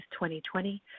2020